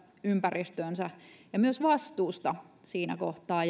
ympäristöönsä ja myös vastuusta siinä kohtaa